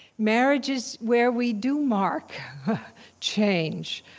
marriage is where we do mark change,